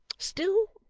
still,